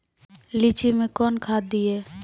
लीची मैं कौन खाद दिए?